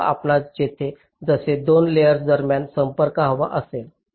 जेव्हा आपणास येथे जसे 2 लेयर्स दरम्यान संपर्क हवा असेल